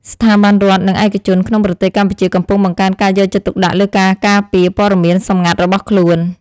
ស្ថាប័នរដ្ឋ និងឯកជនក្នុងប្រទេសកម្ពុជាកំពុងបង្កើនការយកចិត្តទុកដាក់លើការការពារព័ត៌មានសម្ងាត់របស់ខ្លួន។